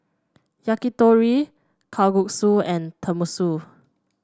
Yakitori Kalguksu and Tenmusu